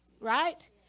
right